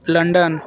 London